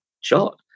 shot